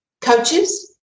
coaches